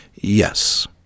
Yes